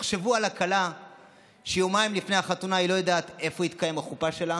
תחשבו על הכלה שיומיים לפני החתונה היא לא יודעת איפה תתקיים החופה שלה,